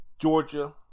Georgia